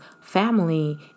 Family